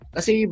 Kasi